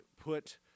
put